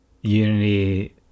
unity